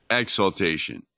exaltation